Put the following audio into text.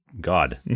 God